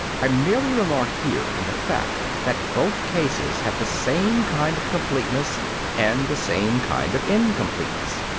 i merely remark here on the fact that both cases have the same kind of completeness and the same kind of incompleteness.